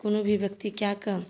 कोनो भी व्यक्ति कऽ कऽ